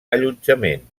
allotjament